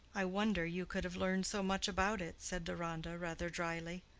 i wonder you could have learned so much about it, said deronda, rather drily.